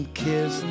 kiss